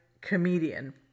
comedian